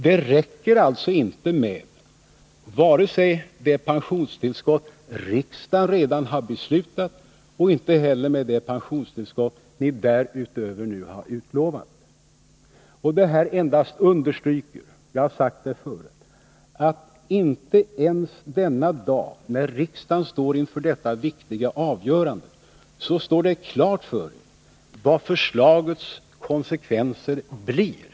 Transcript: Det räcker alltså inte vare sig med det pensionstillskott riksdagen redan har beslutat eller med det pensionstillskott regeringen därutöver nu har utlovat. Detta endast understryker — jag har sagt det förut — att inte ens denna dag, när riksdagen står inför detta viktiga avgörande, har ni klart för er vad för slags konsekvenser det blir.